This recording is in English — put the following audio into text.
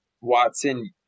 Watson